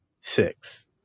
six